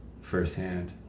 firsthand